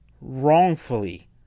wrongfully